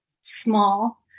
small